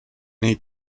nei